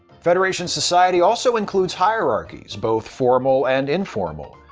federation society also includes hierarchies, both formal and informal.